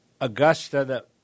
Augusta